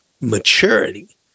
maturity